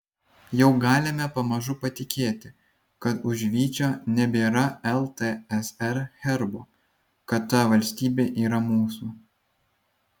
jau galime pamažu patikėti kad už vyčio nebėra ltsr herbo kad ta valstybė yra mūsų